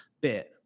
bit